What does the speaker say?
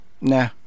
nah